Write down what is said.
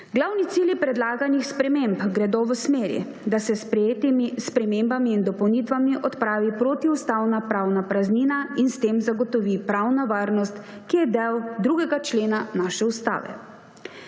Glavni cilji predlaganih sprememb gredo v smeri, da se s sprejetimi spremembami in dopolnitvami odpravi protiustavna pravna praznina in s tem zagotovi pravna varnost, ki je del 2. člena naše Ustave.